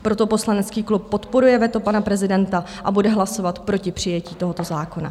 Proto poslanecký klub podporuje veto pana prezidenta a bude hlasovat proti přijetí tohoto zákona.